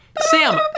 Sam